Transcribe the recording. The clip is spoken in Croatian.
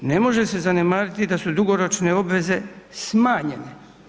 Ne može se zanemariti da su dugoročne obveze smanjene.